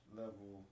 level